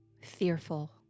fearful